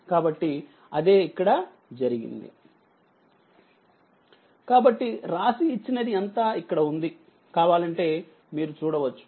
కాబట్టి అదే ఇక్కడ జరిగింది కాబట్టి రాసి ఇచ్చినది అంతా ఇక్కడ ఉంది కావాలంటే మీరు చూడవచ్చు